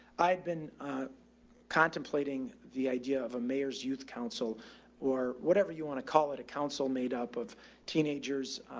i had been contemplating the idea of a mayor's youth council or whatever you want to call it, a council made up of teenagers,